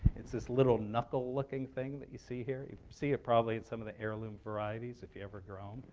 it's this little knuckle-looking thing that you see here. you can see it, probably, in some of the heirloom varieties if you ever grow um